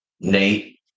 Nate